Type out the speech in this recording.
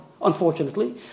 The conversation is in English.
Unfortunately